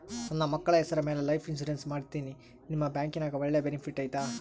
ನನ್ನ ಮಕ್ಕಳ ಹೆಸರ ಮ್ಯಾಲೆ ಲೈಫ್ ಇನ್ಸೂರೆನ್ಸ್ ಮಾಡತೇನಿ ನಿಮ್ಮ ಬ್ಯಾಂಕಿನ್ಯಾಗ ಒಳ್ಳೆ ಬೆನಿಫಿಟ್ ಐತಾ?